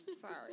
sorry